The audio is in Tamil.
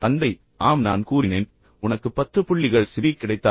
தந்தை ஆம் நான் கூறினேன் உனக்கு 10 புள்ளிகள் சிபிஐ கிடைத்தால்